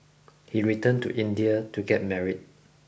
he returned to India to get married